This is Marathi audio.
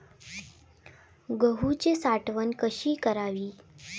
गहूची साठवण कशी करावी?